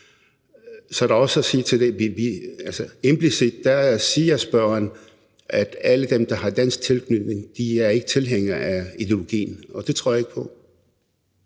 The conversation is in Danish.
så er der også at sige til det, at spørgeren implicit siger, at alle dem, der har dansk tilknytning, ikke er tilhængere af ideologien – og det tror jeg ikke på.